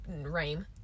Rain